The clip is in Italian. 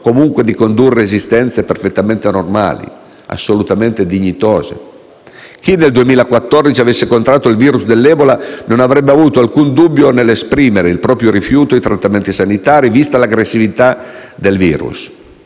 comunque di condurre esistenze perfettamente normali e assolutamente dignitose. Chi nel 2014 avesse contratto il *virus* dell'ebola non avrebbe avuto alcun dubbio nell'esprimere il proprio rifiuto ai trattamenti sanitari, vista l'aggressività del *virus.*